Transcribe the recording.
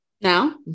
Now